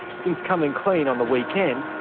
since coming clean on the weekend,